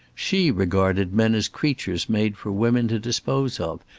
she regarded men as creatures made for women to dispose of,